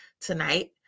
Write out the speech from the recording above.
tonight